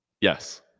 Yes